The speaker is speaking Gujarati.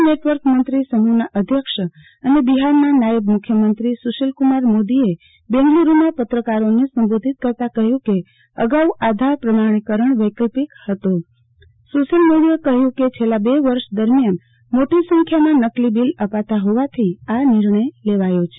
નેટવર્ક મંત્રી સમુહના અધ્યક્ષ અને બિહારના નાયબ મુખ્યમંત્રી સુશીલકુમાર મોદીએ બેંગ્લુરમાં પત્રકાર સંબોધિત કરતા કહ્યુ કે અગાઉ આધાર પ્રમાણિકરણ વૈકલ્પિક હતો શુશીલ મોદીએ કહ્યુ કે છેલ્લા બે વર્ષ દરમિયાન મોટી સંખ્યામાં નકલી બિલ અપાતા હોવાથી નિર્ણય લેવાયો છે